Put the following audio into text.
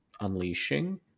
unleashing